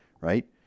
right